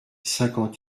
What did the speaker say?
cinquante